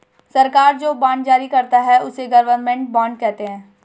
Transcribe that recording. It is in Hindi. सरकार जो बॉन्ड जारी करती है, उसे गवर्नमेंट बॉन्ड कहते हैं